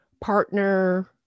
partner